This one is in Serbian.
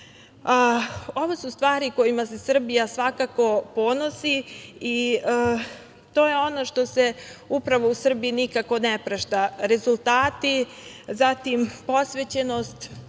su stvari kojima se Srbija svakako ponosi i to je ono što se upravo u Srbiji nikako ne prašta. Rezultati, zatim posvećenost,